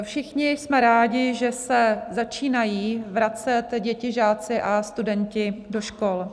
Všichni jsme rádi, že se začínají vracet děti, žáci a studenti do škol.